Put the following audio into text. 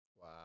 Wow